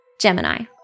Gemini